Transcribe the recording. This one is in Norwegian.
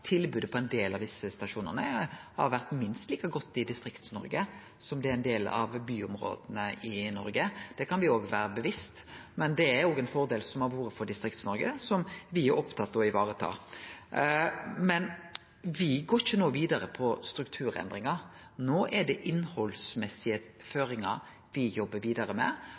tilbodet på ein del av desse stasjonane har vore minst like godt i Distrikts-Noreg som i ein del av byområda i Noreg. Det kan me vere bevisst, men det er òg ein fordel som har vore for Distrikts-Noreg som me er opptatt av å vareta. Me går ikkje vidare med strukturendringar no. No er det innhaldsmessige føringar me jobbar vidare med,